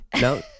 No